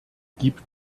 gibt